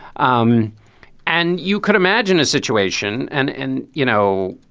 um and you could imagine a situation. and and, you know,